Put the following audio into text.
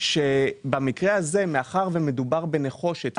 שבמקרה הזה מאחר שמדובר בנחושת,